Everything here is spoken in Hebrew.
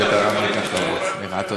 סליחה ותודה.